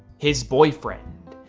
his boyfriend.